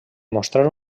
mostrar